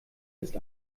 ist